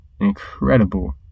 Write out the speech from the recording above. incredible